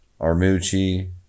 Armucci